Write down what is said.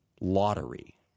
lottery